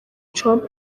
trump